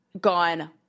gone